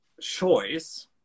choice